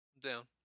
Down